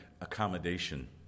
accommodation